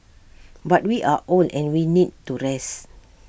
but we are old and we need to rest